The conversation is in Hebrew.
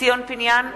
ציון פיניאן,